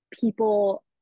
people